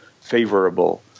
favorable